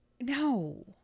No